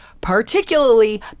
particularly